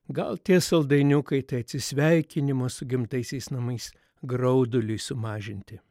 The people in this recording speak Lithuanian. gal tie saldainiukai tai atsisveikinimo su gimtaisiais namais grauduliui sumažinti